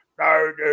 no